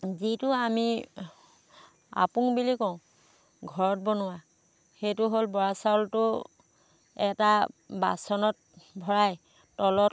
যিটো আমি আপুং বুলি কওঁ ঘৰত বনোৱা সেইটো হ'ল বৰা চাউলটো এটা বাচনত ভৰাই তলত